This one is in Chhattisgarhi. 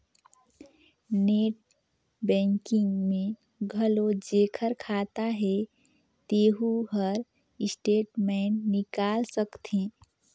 नेट बैंकिग में घलो जेखर खाता हे तेहू हर स्टेटमेंट निकाल सकथे